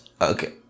Okay